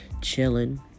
chilling